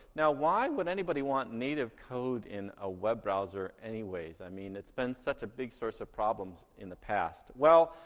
now, why would anybody want native code in a web browser anyways? i mean, it's been such a big source of problems in the past. well,